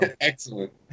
excellent